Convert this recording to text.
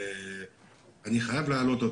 שאני חייב להעלות.